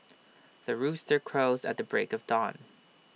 the rooster crows at the break of dawn